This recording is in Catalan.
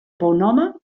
bonhome